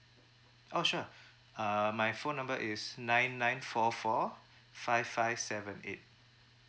oh sure uh my phone number is nine nine four four five five seven eight